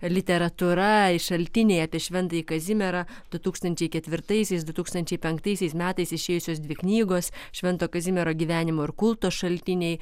literatūra šaltiniai apie šventąjį kazimierą du tūkstančiai ketvirtaisiais du tūkstančiai penktaisiais metais išėjusios dvi knygos švento kazimiero gyvenimo ir kulto šaltiniai